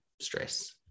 stress